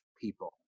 people